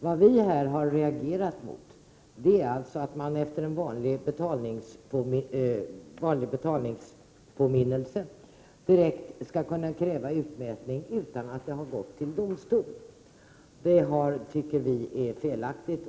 Vad vi här har reagerat mot är att man efter en vanlig betalningspåminnelse direkt skall kunna kräva utmätning utan att fallet har gått till domstol. Detta tycker vi är felaktigt.